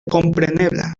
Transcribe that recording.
komprenebla